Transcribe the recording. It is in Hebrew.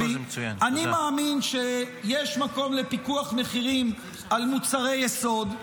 אני מאמין שיש מקום לפיקוח מחירים על מוצרי יסוד.